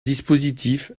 dispositif